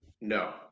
No